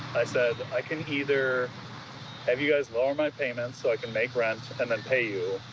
i said, i can either have you guys lower my payment so i can make rent and then pay you,